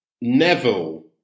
Neville